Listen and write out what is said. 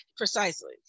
Precisely